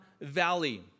Valley